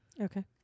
Okay